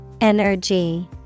Energy